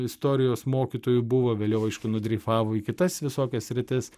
istorijos mokytoju buvo vėliau aišku nudreifavo į kitas visokias sritis